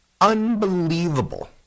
Unbelievable